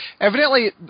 Evidently